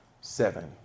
seven